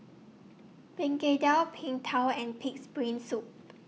Begedil Png Tao and Pig'S Brain Soup